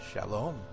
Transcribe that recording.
shalom